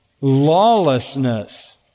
lawlessness